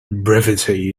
brevity